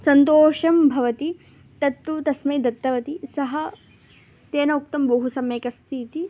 सन्तोषं भवति तत्तु तस्मै दत्तवती सः तेन उक्तं बहु सम्यक् अस्ति इति